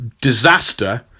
Disaster